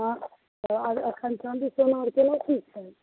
हाँ एखन चाँदी सोना आर केना की छै